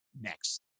next